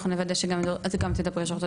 אנחנו נוודא שאת גם תדברי ג'ורג'ט,